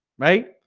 right?